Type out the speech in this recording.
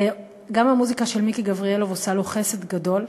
גם המוזיקה של מיקי גבריאלוב עושה לו חסד גדול,